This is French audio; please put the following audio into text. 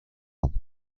ans